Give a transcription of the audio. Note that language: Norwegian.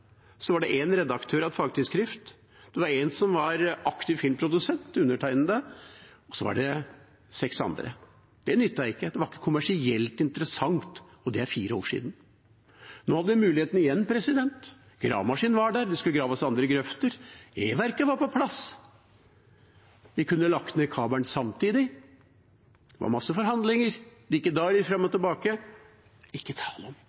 en redaktør av et fagtidsskrift, det var en som var aktiv filmprodusent – undertegnede – og så var det seks andre. Det nyttet ikke, det var ikke kommersielt interessant – og det er fire år siden. Nå hadde vi muligheten igjen. Gravemaskinen var der, det skulle graves andre grøfter, E-verket var på plass. Vi kunne lagt ned kabelen samtidig, det var masse forhandlinger, dikkedarer, fram og tilbake – ikke tale om,